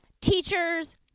Teachers